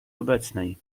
obecnej